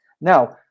Now